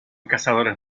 cazadores